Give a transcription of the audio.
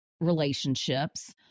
relationships